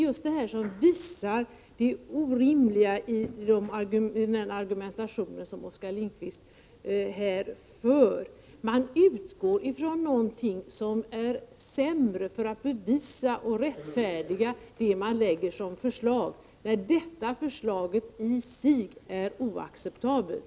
Just detta visar det orimliga i den argumentation som Oskar Lindkvist här för. Man utgår från någonting som är sämre för att bevisa och rättfärdiga sitt förslag, när detta förslag i sig är oacceptabelt.